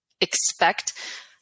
expect